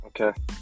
Okay